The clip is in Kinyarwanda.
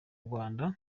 rwanda